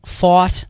fought